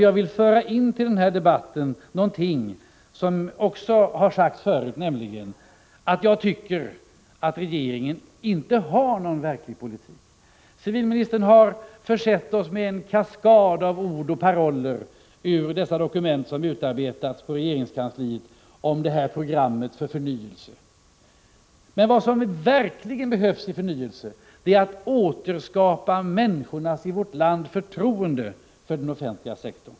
Jag vill nämligen föra in i debatten någonting som också har sagts förut, att regeringen inte har någon verklig politik på det här området. Civilministern har försett oss med en kaskad av ord och paroller ur de dokument som utarbetats inom regeringskansliet i samband med programmet för förnyelse. Men vad som verkligen behövs, det är att vi återskapar människornas i vårt land förtroende för den offentliga sektorn.